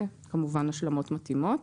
כמובן השלמות מתאימות.